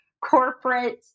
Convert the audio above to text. corporate